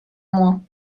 moins